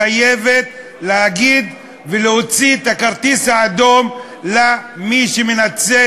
מחייבת להגיד ולהוציא את הכרטיס האדום למי שמנצל